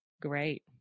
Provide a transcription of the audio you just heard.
Great